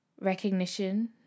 recognition